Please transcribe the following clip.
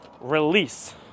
release